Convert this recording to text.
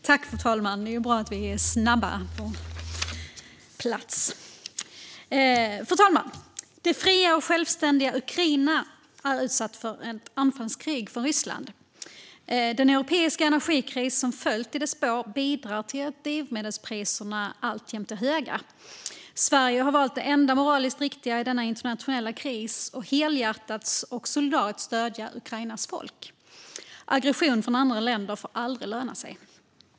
Fru talman! Det fria och självständiga Ukraina är utsatt för ett anfallskrig från Ryssland. Den europeiska energikris som följt i dess spår bidrar till att drivmedelspriserna alltjämt är höga. Sverige har valt det enda moraliskt riktiga i denna internationella kris att helhjärtat och solidariskt stödja Ukrainas folk. Aggression från andra länder får aldrig löna sig.